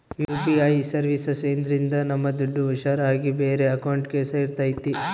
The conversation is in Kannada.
ಯು.ಪಿ.ಐ ಸರ್ವೀಸಸ್ ಇದ್ರಿಂದ ನಮ್ ದುಡ್ಡು ಹುಷಾರ್ ಆಗಿ ಬೇರೆ ಅಕೌಂಟ್ಗೆ ಸೇರ್ತೈತಿ